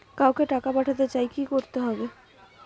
কাউকে টাকা পাঠাতে চাই কি করতে হবে?